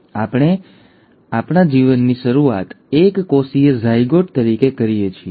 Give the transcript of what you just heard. હવે આપણે બધા આપણા જીવનની શરૂઆત એક કોષીય ઝાયગોટ તરીકે કરીએ છીએ